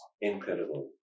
incredible